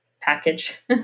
package